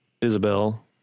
Isabel